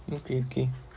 okay okay